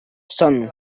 son